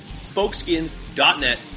spokeskins.net